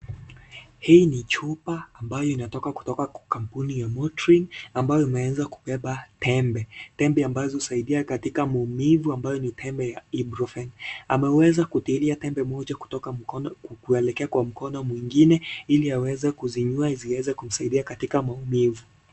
Hii ni chupa, ambayo inatoka kutoka kwa kampuni ya Motrin, ambayo imeeza kubeba tembe, pembe ambazo husaidia katika maumivu ambayo ni tembe ya (cs)ibruphen(cs), ameweza kutilia tembe moja mutoka kwa mkono, kuelekea kwa mkono mwingine ili aweze kuzinywa ziweze kumsaidia katika maumivu.